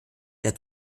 der